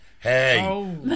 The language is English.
hey